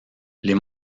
les